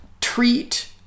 treat